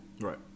Right